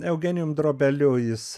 eugenijum drobeliu jis